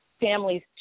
families